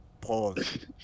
Pause